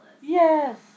Yes